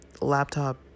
laptop